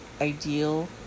ideal